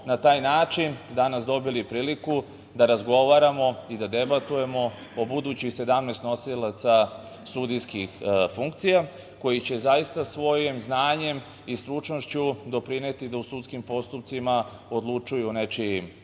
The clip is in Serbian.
na taj način danas dobili priliku da razgovaramo i da debatujemo o budućih 17 nosilaca sudijskih funkcija, koji će zaista svojim znanjem i stručnošću doprineti da u sudskim postupcima odlučuju o nečijim